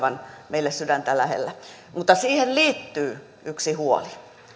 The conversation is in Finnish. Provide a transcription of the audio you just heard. meille aivan sydäntä lähellä mutta siihen liittyy yksi huoli